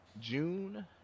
june